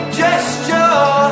gesture